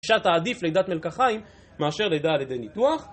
אפשר תעדיף לידת מלקחיים מאשר לידה על ידי ניתוח